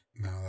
no